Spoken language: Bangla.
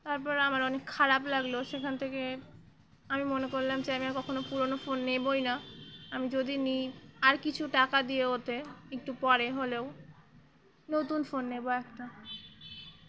তারপর আমার অনেক খারাপ লাগলো সেখান থেকে আমি মনে করলাম যে আমি কখনও পুরোনো ফোন নেবই না আমি যদি নিই আর কিছু টাকা দিয়ে ওতে একটু পরে হলেও নতুন ফোন নেবো একটা